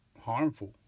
harmful